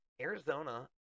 Arizona